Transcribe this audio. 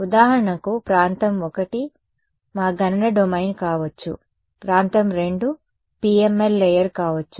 ఉదాహరణకు ప్రాంతం 1 మా గణన డొమైన్ కావచ్చు ప్రాంతం 2 PML లేయర్ కావచ్చు